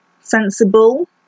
sensible